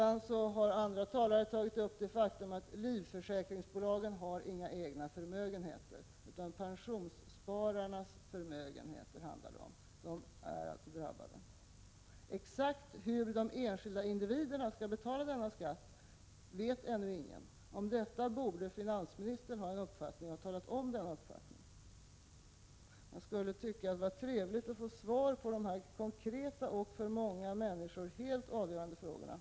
Andra talare har tagit upp det faktum att livförsäkringsbolagen inte har några egna förmögenheter utan att det är pensionsspararnas förmögenheter som blir drabbade. Exakt hur de enskilda individerna skall betala denna skatt vet ännu ingen. Om detta borde finansministern ha en uppfattning — och han borde ha talat om vilken uppfattning han har. Det vore trevligt att få svar på dessa konkreta och för många människor helt avgörande frågor.